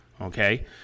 okay